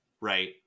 Right